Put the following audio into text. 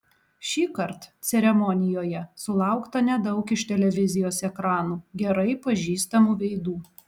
šįkart ceremonijoje sulaukta nedaug iš televizijos ekranų gerai pažįstamų veidų